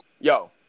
Yo